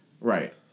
Right